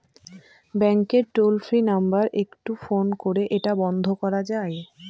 ব্যাংকের toll free number একটু phone করে এটা বন্ধ করা যায়?